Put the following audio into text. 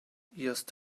just